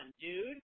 dude